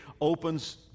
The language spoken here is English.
opens